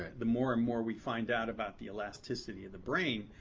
the more and more we find out about the elasticity of the brain,